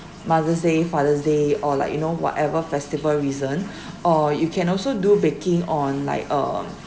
mother's day father's day or like you know whatever festival reason or you can also do baking on like um